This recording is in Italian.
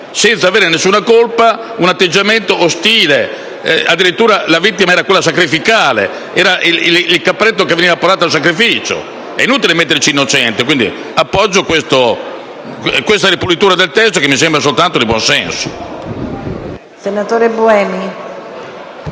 senza avere alcuna colpa, un atteggiamento ostile. Addirittura, la vittima era quella sacrificale, il capretto portato al sacrificio. È inutile aggiungere la parola «innocente», quindi appoggio questa ripulitura del testo, che mi sembra solo di buonsenso.